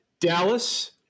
Dallas